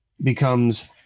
becomes